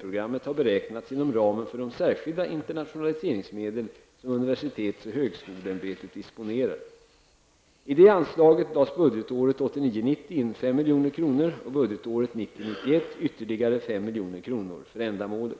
programmet har beräknats inom ramen för de särskilda internationaliseringsmedel som universitets och högskoleämbetet disponerar. I och budgetåret 1990/91 ytterligare 5 milj.kr. för ändamålet.